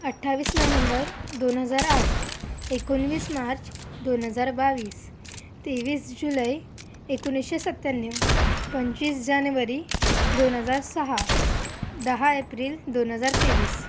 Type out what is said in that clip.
अठ्ठावीस नोहेंबर दोन हजार आठ एकोणवीस मार्च दोन हजार बावीस तेवीस जुलै एकोणीसशे सत्त्याण्णव पंचवीस जानेवारी दोन हजार सहा दहा एप्रिल दोन हजार तेवीस